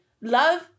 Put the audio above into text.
love